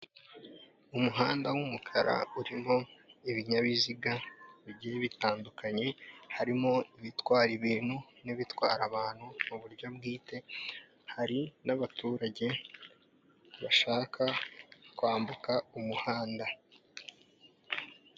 Umuhanda w'umukara urimo ibinyabiziga bigiye bitandukanye harimo ibitwara ibintu n'ibitwara abantu mu buryo bwite, hari n'abaturage bashaka kwambuka umuhanda.